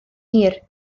hir